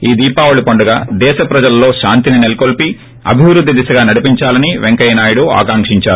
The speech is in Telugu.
ఈ దీపావళి పండుగ దేశ ప్రజలలో శాంతిని నెలకొల్సి అభివృద్ధి దిశగా నడిపేంచాలని వెంకయ్యనాయుడు ఆకాంకించారు